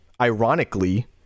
Ironically